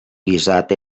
guisat